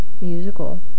musical